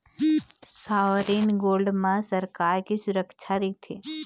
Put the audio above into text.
sovereign gold म सरकार के सुरक्छा रहिथे